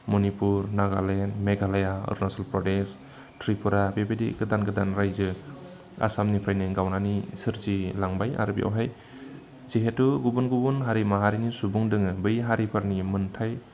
मनिपुर नागालेण्ड मेघालया अरुनाचल प्रदेस त्रिपुरा बेबायदि गोबां गोदान गोदान रायजो आसामनिफ्रायनो गावनानै सोरजिलांबाय आरो बेवहाय जिहेतु गुबुन गुबुन हारि माहारिनि सुबुं दङ बै हारिफोरनि मोन्थाय